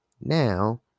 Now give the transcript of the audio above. Now